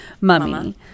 mummy